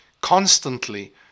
Constantly